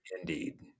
indeed